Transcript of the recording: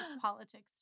Politics